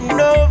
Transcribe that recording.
no